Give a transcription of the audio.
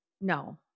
no